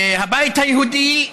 הבית היהודי,